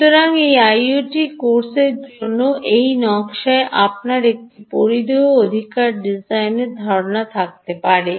সুতরাং আইওটি কোর্সের জন্য এই নকশায় আপনার একটি পরিধেয় অধিকার ডিজাইনের ধারণা থাকতে পারে